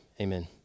Amen